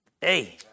Hey